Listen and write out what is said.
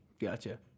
Gotcha